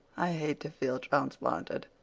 i hate to feel transplanted.